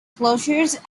closures